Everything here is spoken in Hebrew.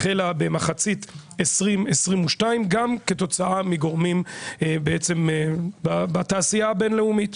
החלה במחצית 2022 גם כתוצאה מגורמים בעצם בתעשייה הבינלאומית.